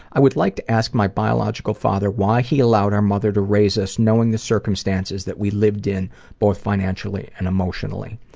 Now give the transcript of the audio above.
i would like to ask my biological father why he allowed our mother to raise us knowing the circumstances that we lived in both financially and emotionally.